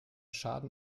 schaden